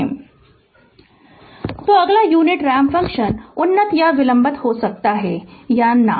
Refer Slide Time 1335 तो अगला unit ramp function उन्नत या विलंबित हो सकता है है ना